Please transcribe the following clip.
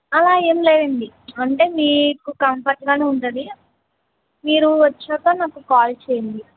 అలా ఏం లేదండి అంటే మీకు కంఫర్ట్గానే ఉంటుంది మీరు వచ్చాకా నాకు కాల్ చేయండి